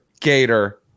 Gator